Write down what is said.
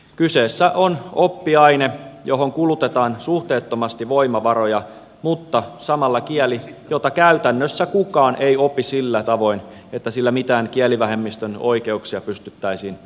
kyseessä on oppiaine johon kulutetaan suhteettomasti voimavaroja mutta samalla kieli jota käytännössä kukaan ei opi sillä tavoin että sillä mitään kielivähemmistön oikeuksia pystyttäisiin turvaamaan